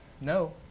No